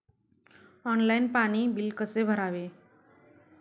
Online पाणी bill कसे भरावे?